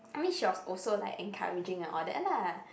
I mean she was also like encouraging and all that lah